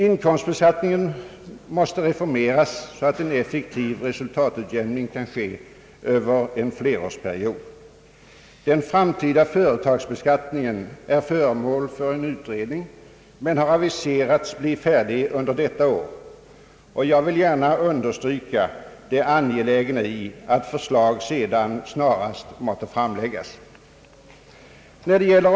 Inkomstbeskattningen måste reformeras, så att en effektiv resultatutjämning kan ske över en flerårsperiod. Den framtida företagsbeskatiningen är föremål för utredning som har aviserats bli färdig under detta år. Jag vill gärna understryka det angelägna i att förslag sedan snarast måtte framläggas.